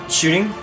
shooting